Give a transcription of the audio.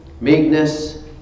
meekness